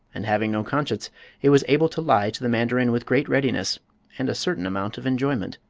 and having no conscience it was able to lie to the mandarin with great readiness and a certain amount of enjoyment.